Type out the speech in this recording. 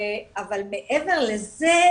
אבל מעבר לזה,